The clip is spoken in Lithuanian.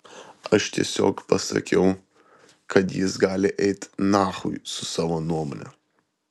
aš tiesiog pasakiau kad jis gali eit nachui su savo nuomone